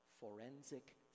forensic